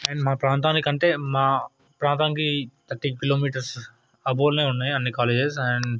and మా ప్రాంతానికంటే మా ప్రాతానికి థర్టీన్ కిలోమీటర్స్ అబోలోనే ఉన్నాయి అన్నీ కాలేజెస్ అండ్